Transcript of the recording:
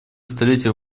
столетие